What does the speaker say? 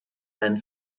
and